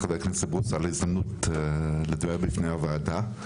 חבר הכנסת בוסו על ההזדמנות לדבר בפני הוועדה.